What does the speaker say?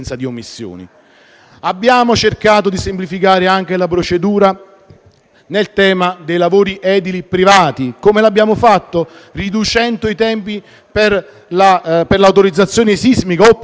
Abbiamo cercato di semplificare anche la procedura in tema di lavori edili privati. Abbiamo ridotto i tempi per l'autorizzazione sismica o, piuttosto,